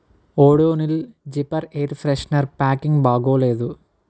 Odonil zipper air freshener packing బాగాలేదు